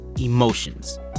emotions